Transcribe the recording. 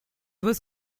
was